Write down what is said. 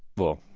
well,